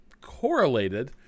correlated